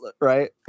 right